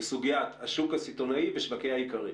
לסוגיית השוק הסיטונאי ושווקי האיכרים.